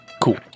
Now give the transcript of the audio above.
Cool